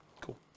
Cool